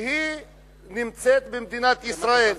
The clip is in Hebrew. והיא נמצאת במדינת ישראל,